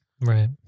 right